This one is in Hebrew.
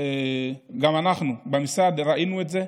גם אנחנו במשרד ראינו את זה,